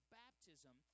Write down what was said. baptism